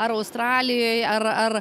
ar australijoj ar ar